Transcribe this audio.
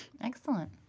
Excellent